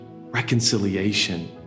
reconciliation